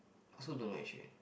also don't know actually